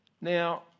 now